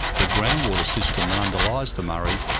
the groundwater system that underlies the murray,